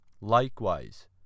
Likewise